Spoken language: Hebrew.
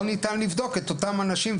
לא ניתן לבדוק את אותם אנשים,